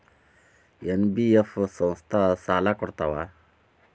NBF ಸಂಸ್ಥಾ ಸಾಲಾ ಕೊಡ್ತಾವಾ?